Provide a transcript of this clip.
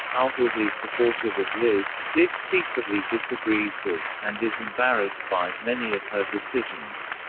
outwardly supportive of liz, dick secretly disagrees with, and is embarrassed by, many of her decisions.